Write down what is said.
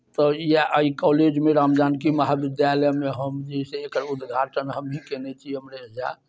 तऽ इएह एहि कॉलेजमे राम जानकी महाविद्यालयमे हम जे अइ से एकर उद्घाटन हमहीँ कयने छी अमरेश झा